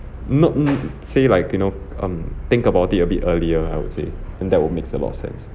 not n~ say like you know um think about it a bit earlier I would say and that will makes a lot of sense